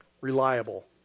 reliable